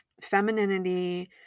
femininity